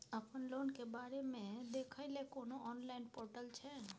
अपन लोन के बारे मे देखै लय कोनो ऑनलाइन र्पोटल छै?